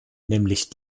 nämlich